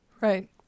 right